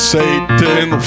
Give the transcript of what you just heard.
Satan